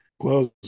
close